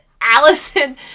Allison